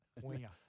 Winger